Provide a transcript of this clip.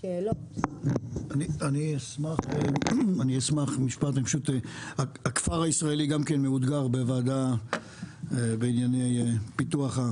אני אשמח במשפט הכפר הישראלי גם כן מאותגר בוועדה בענייני פיתוח.